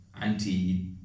anti